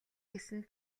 гэсэн